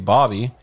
Bobby